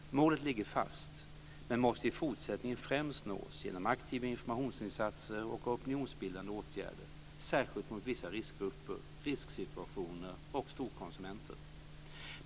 Målet ligger fast men måste i fortsättningen främst nås genom aktiva informationsinsatser och opinionsbildande åtgärder, särskilt mot vissa riskgrupper, risksituationer och storkonsumenter.